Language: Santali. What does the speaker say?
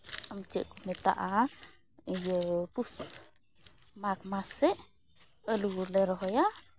ᱟᱢ ᱪᱮᱫ ᱠᱚ ᱢᱮᱛᱟᱜᱼᱟ ᱤᱭᱟᱹ ᱯᱩᱥ ᱢᱟᱜᱽ ᱢᱟᱥ ᱥᱮᱡ ᱟᱹᱞᱩ ᱦᱚᱸᱞᱮ ᱨᱚᱦᱚᱭᱟ